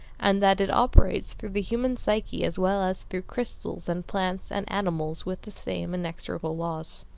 and that it operates through the human psyche as well as through crystals and plants and animals with the same inexorable laws.